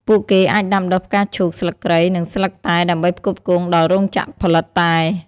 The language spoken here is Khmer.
ពួកគេអាចដាំដុះផ្កាឈូក ស្លឹកគ្រៃ និងស្លឹកតែដើម្បីផ្គត់ផ្គង់ដល់រោងចក្រផលិតតែ។